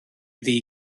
ddi